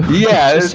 yeah.